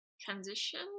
Transition